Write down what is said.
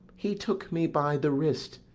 he took me by the wrist,